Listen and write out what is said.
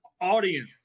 audience